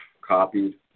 copied